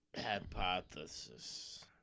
Hypothesis